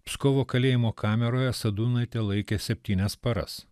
pskovo kalėjimo kameroje sadūnaitę laikė septynias paras